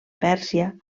pèrsia